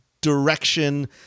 direction